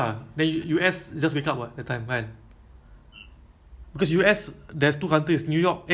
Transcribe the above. no don't I don't they have their own server that means the user right use the system then our server ah